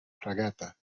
fragata